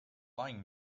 buying